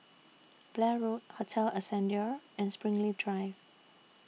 Blair Road Hotel Ascendere and Springleaf Drive